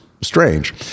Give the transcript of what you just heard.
strange